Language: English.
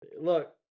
Look